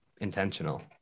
intentional